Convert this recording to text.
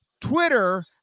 Twitter